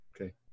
Okay